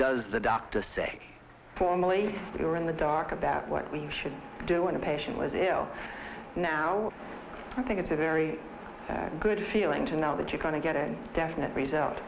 does the doctor say formally or in the dark about what we should do when a patient was in i think it's a very good feeling to know that you're going to get a definite result